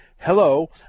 Hello